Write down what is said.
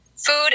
food